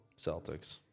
Celtics